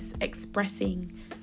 expressing